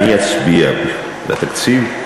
אני אצביע לתקציב,